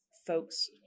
folks